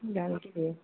मोजां गेलेयो